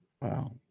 Wow